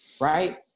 right